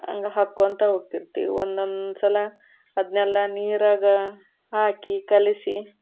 ಹಂಗ ಹಾಕ್ಕೊತ ಹೋಗ್ತಿರ್ತಿವಿ ಒಂದೊಂದು ಸಲ ಅದನ್ನೆಲ್ಲ ನೀರಾಗ ಹಾಕಿ ಕಲೆಸಿ